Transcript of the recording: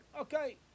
okay